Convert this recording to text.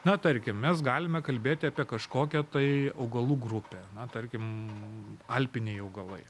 na tarkim mes galime kalbėti apie kažkokią tai augalų grupę na tarkim alpiniai augalai